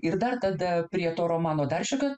ir dar tada prie to romano dar šiokia